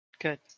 Good